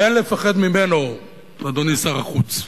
אין לפחד ממנו, אדוני שר החוץ.